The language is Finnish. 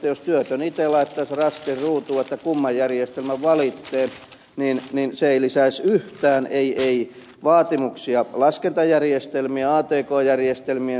jos työtön itse laittaisi rastin ruutuun kumman järjestelmän valitsee niin se ei lisäisi yhtään vaatimuksia atk järjestelmien suhteen ei lisäisi työtä yhtään